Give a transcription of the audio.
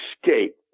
escape